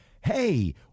hey